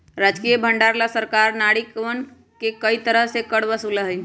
राजकीय भंडार ला सरकार नागरिकवन से कई तरह के कर वसूला हई